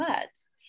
words